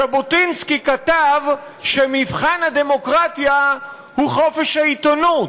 ז'בוטינסקי כתב שמבחן הדמוקרטיה הוא חופש העיתונות.